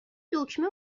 دکمه